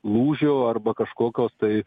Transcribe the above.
lūžio arba kažkokios tai